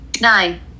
Nine